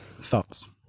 Thoughts